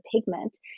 pigment